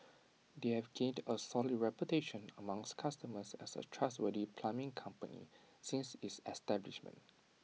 they have gained A solid reputation amongst customers as A trustworthy plumbing company since its establishment